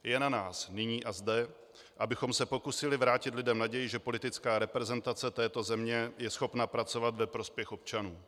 Je na nás nyní a zde, abychom se pokusili vrátit lidem naději, že politická reprezentace této země je schopna pracovat ve prospěch občanů.